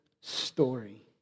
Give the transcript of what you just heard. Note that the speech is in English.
story